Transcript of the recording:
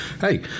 hey